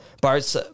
Bart